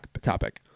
topic